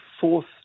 fourth